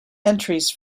entries